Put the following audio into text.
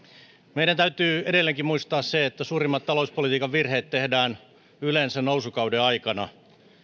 meidän täytyy edelleenkin muistaa se että suurimmat talouspolitiikan virheet tehdään yleensä nousukauden aikana